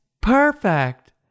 perfect